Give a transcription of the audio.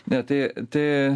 ne tai tai